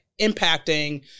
impacting